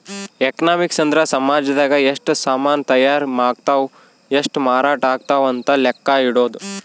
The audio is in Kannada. ಎಕನಾಮಿಕ್ಸ್ ಅಂದ್ರ ಸಾಮಜದಾಗ ಎಷ್ಟ ಸಾಮನ್ ತಾಯರ್ ಅಗ್ತವ್ ಎಷ್ಟ ಮಾರಾಟ ಅಗ್ತವ್ ಅಂತ ಲೆಕ್ಕ ಇಡೊದು